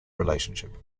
relationship